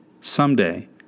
someday